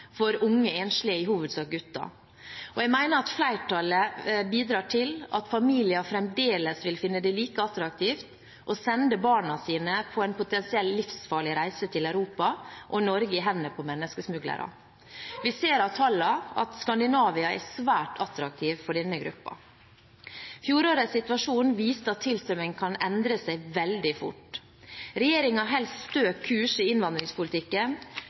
for unge enslige – i hovedsak gutter – og jeg mener at flertallet bidrar til at familier fremdeles vil finne det like attraktivt å sende barna sine på en potensielt livsfarlig reise til Europa og Norge i hendene på menneskesmuglere. Vi ser av tallene at Skandinavia er svært attraktivt for denne gruppen. Fjorårets situasjon viste at tilstrømningen kan endre seg veldig fort. Regjeringen holder stø kurs i innvandringspolitikken,